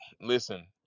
listen